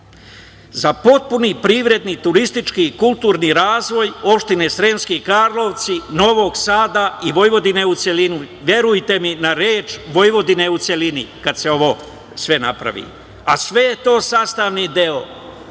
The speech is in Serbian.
za potpuni privredni, turistički i kulturni razvoj opštine Sremski Karlovci, Novog Sada i Vojvodine u celini. Verujte mi na reč, Vojvodine u celini, kada se ovo sve napravi. Sve je to sastavni deo